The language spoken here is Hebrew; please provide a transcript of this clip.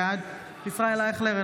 בעד ישראל אייכלר,